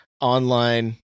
online